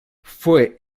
fue